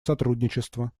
сотрудничества